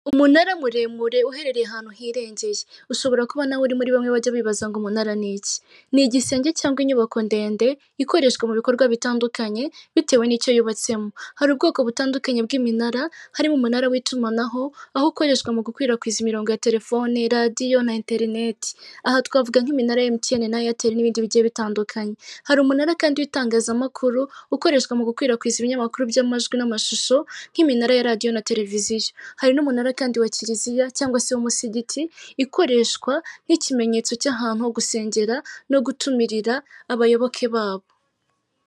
Umunara muremure uherereye ahantu hirengeye, ushobora kuba nawe uri muri bamwe bajya bibaza ngo umunara ni iki? Ni igisenge cyangwa inyubako ndende ikoreshwa mu bikorwa bitandukanye, bitewe n'icyo yubatsemo. Hari ubwoko butandukanye bw'iminara, harimo umunara w'itumanaho aho ukoreshwa mu gukwirakwiza imirongo ya telefoni, radiyo na interineti, aha twavuga nk'iminra ya MTN na Airtel n'ibindi bigiye bitandukanye, hari umunara kandi w'itangazamakuru ukoreshwa mu gukwirakwiza ibinyamakuru by'amajwi n'amashusho nk'iminara ya radiyo na televiziyo, hari n'umunara kandi wa kiriziya cyangwa se w'umusigiti ikoreshwa nk'ikimenyetso cy'ahantu ho gusengera no gutumirira abayoboke babo.